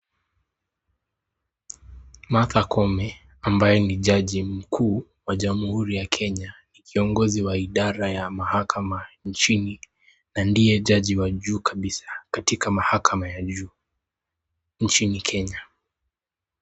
Martha Koome ambaye ni jaji mkuu wa jamhuri ya Kenya kiongozi wa idara ya mahakama nchini na ndiye jaji wa juu kabisa katika mahakama ya juu nchini Kenya.